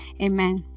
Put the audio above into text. Amen